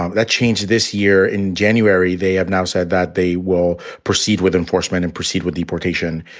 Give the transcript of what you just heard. um that changed this year in january. they have now said that they will proceed with enforcement and proceed with deportation.